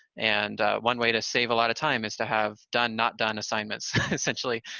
and one way to save a lot of time is to have done not done assignments essentially,